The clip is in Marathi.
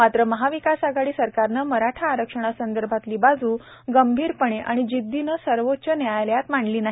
मात्र महाविकास आघाडी सरकारनं मराठा आरक्षणासंदर्भातली बाजू गंभीरपणे आणि जिद्दीने सर्वोच्च न्यायालयात मांडली नाही